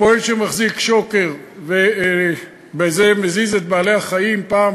פועל שמחזיק שוקר ובזה מזיז את בעלי-החיים פעם,